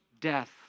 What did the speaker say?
death